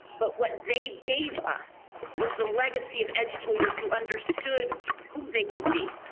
but what they gave us was the legacy of educators who understood who they could be